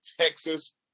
Texas